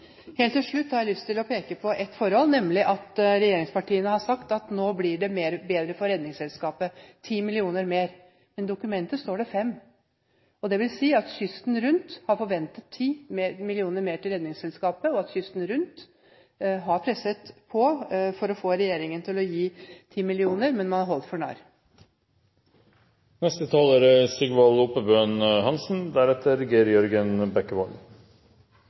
Helt til slutt har jeg lyst til å peke på ett forhold, nemlig at regjeringspartiene har sagt at nå blir det bedre for Redningsselskapet – 10 mill. kr mer. I dokumentet står det 5 mill. kr. Det vil si at folk kysten rundt har forventet 10 mill. kr mer til Redningsselskapet, og at folk kysten rundt har presset på for å få regjeringen til å gi 10 mill. kr, men man er holdt for narr. Trygge menneske er